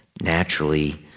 naturally